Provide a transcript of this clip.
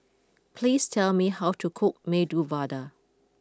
please tell me how to cook Medu Vada